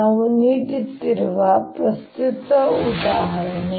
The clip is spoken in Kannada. ನಾವು ನೀಡುತ್ತಿರುವ ಪ್ರಸಿದ್ಧ ಉದಾಹರಣೆ